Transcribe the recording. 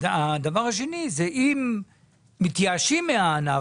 והסוגיה השנייה היא שאם מתייאשים מהענף,